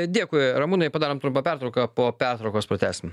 dėkui ramūnai padarom trumpą pertrauką po pertraukos pratęsim